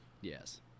Yes